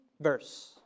verse